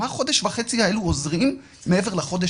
מה החודש וחצי האלו עוזרים מעבר לחודש